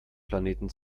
planeten